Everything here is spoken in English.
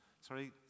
sorry